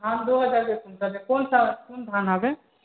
हम देव बजै छी कोन सा कोन धान अहाँ दऽ देब